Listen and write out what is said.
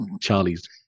Charlie's